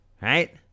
Right